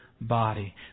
Body